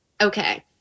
Okay